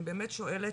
אני באמת שואלת: